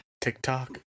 TikTok